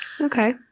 Okay